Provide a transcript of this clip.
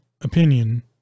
opinion